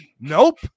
Nope